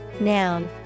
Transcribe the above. noun